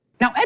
Now